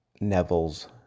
Neville's